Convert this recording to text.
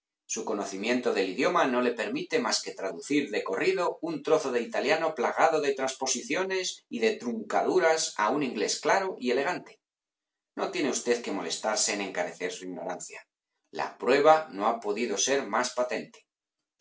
su conocimiento de idioma no le permite más que traducir de corrido un trozo de italiano plagado de transposiciones y de truncaduras a un inglés claro y elegante no tiene usted que molestarse en encarecer su ignorancia la prueba no ha podido ser más patente